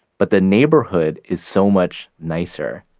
but the neighborhood is so much nicer.